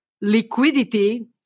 liquidity